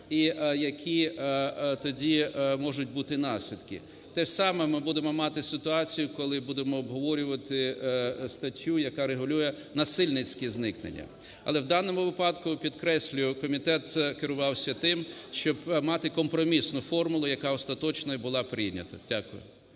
і які тоді можуть бути наслідки? Те саме ми будемо мати ситуацію, коли будемо обговорювати статтю, яка регулює насильницьке зникнення. Але в даному випадку, підкреслюю, комітет керувався тим, щоб мати компромісну формулу, яка остаточно і була прийнята. Дякую.